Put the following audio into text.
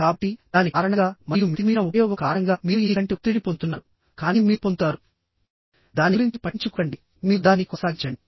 కాబట్టి దాని కారణంగా మరియు మితిమీరిన ఉపయోగం కారణంగా మీరు ఈ కంటి ఒత్తిడిని పొందుతున్నారుకానీ మీరు పొందుతారు దాని గురించి పట్టించుకోకండి మీరు దానిని కొనసాగించండి